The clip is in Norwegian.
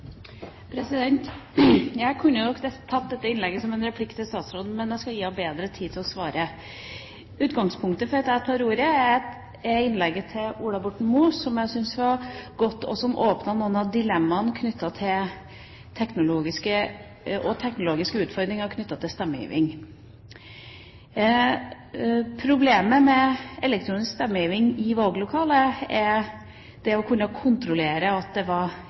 Jeg kunne nok tatt dette innlegget som en replikk til statsråden, men jeg skal gi henne bedre tid til å svare. Utgangspunktet for at jeg tar ordet, er innlegget til Ola Borten Moe, som jeg syns var godt, og som åpnet noen av dilemmaene og de teknologiske utfordringene knyttet til stemmegivning. Problemet med elektronisk stemmegivning i valglokaler er det å kunne kontrollere at det